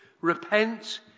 Repent